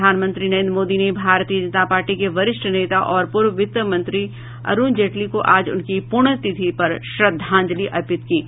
प्रधानमंत्री नरेन्द्र मोदी ने भारतीय जनता पार्टी के वरिष्ठ नेता और पूर्व वित्त मंत्री अरूण जेटली को आज उनकी पुण्यतिथि पर श्रद्धांजलि अर्पित की है